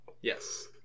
Yes